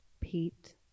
Pete